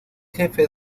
jefe